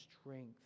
strength